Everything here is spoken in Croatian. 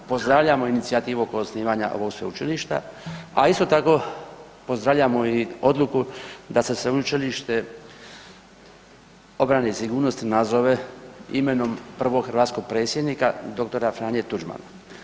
Pozdravljamo inicijativu oko osnivanja ovog sveučilišta, a isto tako pozdravljamo i odluku da se sveučilište obrane i sigurnosti nazove imenom prvog hrvatskog predsjednika dr. Franje Tuđmana.